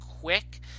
quick